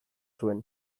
zuen